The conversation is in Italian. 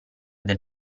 del